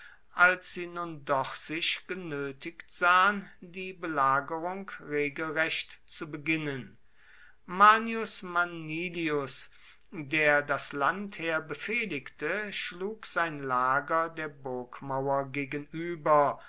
als sie nun doch sich genötigt sahen die belagerung regelrecht zu beginnen manius manilius der das landheer befehligte schlug sein lager der burgmauer gegenüber